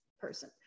person